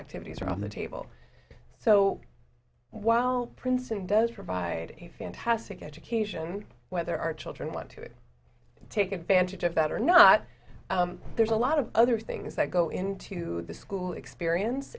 activities are on the table so while princeton does provide a fantastic education whether our children want to take advantage of that or not there's a lot of other things that go into the school experience